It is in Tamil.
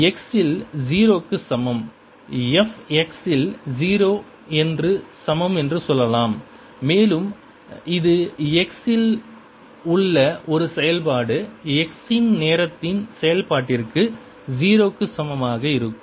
x இல் 0 க்கு சமம் இது f x இல் 0 என்று சமம் என்று சொல்லலாம் மேலும் இது x இல் உள்ள ஒரு செயல்பாடு x இன் நேரத்தின் செயல்பாட்டிற்கு 0 க்கு சமமாக இருக்கும்